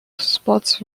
sports